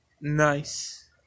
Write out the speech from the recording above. Nice